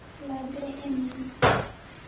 ᱞᱟᱜᱽᱬᱮ ᱮᱱᱮᱡ